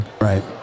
right